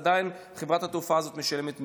עדיין חברת התעופה הזאת משלמת מיסים.